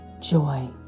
joy